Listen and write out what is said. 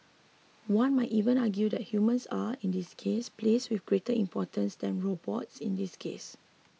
one might even argue that humans are in this case place with greater importance than robots in this case